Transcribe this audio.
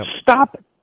Stop